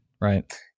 right